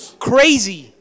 Crazy